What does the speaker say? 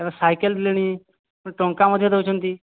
cycle ଦେଲେଣି ଟଙ୍କା ମଧ୍ୟ ଦେଉଛନ୍ତି